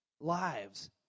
lives